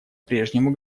прежнему